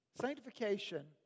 Sanctification